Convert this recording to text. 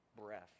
breath